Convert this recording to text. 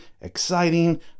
exciting